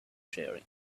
sharing